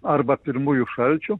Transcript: arba pirmųjų šalčių